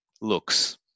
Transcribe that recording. looks